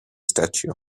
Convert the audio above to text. statue